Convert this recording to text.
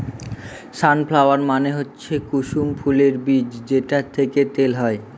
সান flower মানে হচ্ছে কুসুম ফুলের বীজ যেটা থেকে তেল হয়